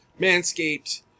Manscaped